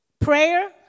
prayer